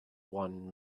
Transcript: one